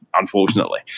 Unfortunately